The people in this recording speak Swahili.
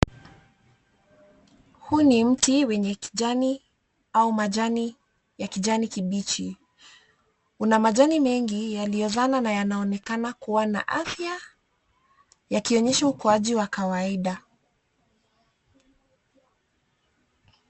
Huu ni mti wenye kijani au majani ya kijani kibichi. Una majani mengi yaliyozana na yanayoonekana kuwa na afya yakionyesha ukuaji wa kawaida.